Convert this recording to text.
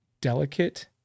Delicate